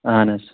اَہَن حظ